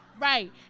right